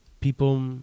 people